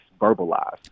verbalized